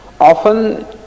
Often